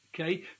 Okay